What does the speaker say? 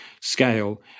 scale